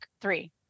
three